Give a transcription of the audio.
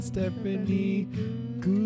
Stephanie